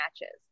matches